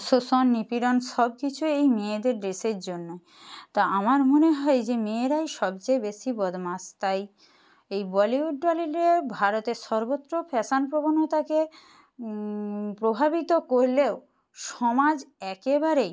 শোষণ নিপীড়ন সব কিছুই এই মেয়েদের ড্রেসের জন্য তা আমার মনে হয় যে মেয়েরাই সবচেয়ে বেশি বদমাশ তাই এই বলিউড টলিউডে ভারতের সর্বত্র ফ্যাশান প্রবণতাকে প্রভাবিত করলেও সমাজ একেবারেই